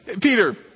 Peter